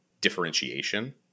differentiation